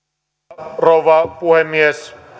arvoisa rouva puhemies